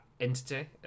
entity